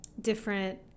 different